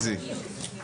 הישיבה ננעלה בשעה 12:20.